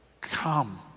Come